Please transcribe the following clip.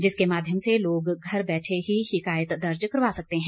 जिसके माध्यम से लोग घर बैठे ही शिकायत दर्ज करवा सकते हैं